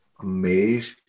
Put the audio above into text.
amazed